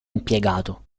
impiegato